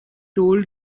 told